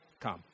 come